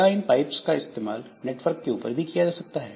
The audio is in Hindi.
क्या इन पाइप्स का इस्तेमाल नेटवर्क के ऊपर भी किया जा सकता है